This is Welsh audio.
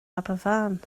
aberfan